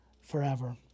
forever